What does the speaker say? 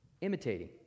imitating